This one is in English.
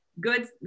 good